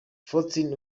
faustin